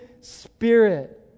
Spirit